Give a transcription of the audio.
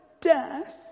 death